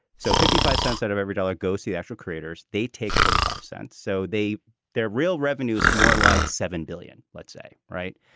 so fifty five cents out of every dollar goes the actual creators. they take forty five cents. so they their real revenue is more like seven billion, let's say. right.